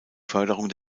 förderung